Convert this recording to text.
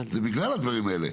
זה בגלל הדברים האלה,